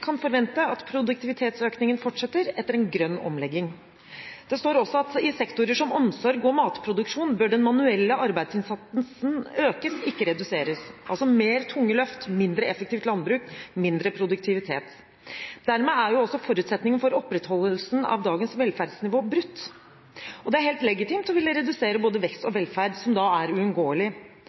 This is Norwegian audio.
kan forvente at produktivitetsøkningen fortsetter etter en grønn omlegging. Det står også at i sektorer som omsorg og matproduksjon bør den manuelle arbeidsinnsatsen økes, ikke reduseres – altså mer av tunge løft, mindre effektivt landbruk, mindre produktivitet. Dermed er også forutsetningen for opprettholdelsen av dagens velferdsnivå brutt, og det er helt legitimt å ville redusere både vekst og velferd, som da er uunngåelig.